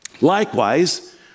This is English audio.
Likewise